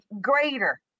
greater